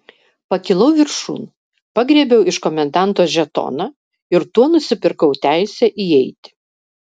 pakilau viršun pagriebiau iš komendanto žetoną ir tuo nusipirkau teisę įeiti